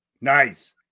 Nice